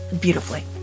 beautifully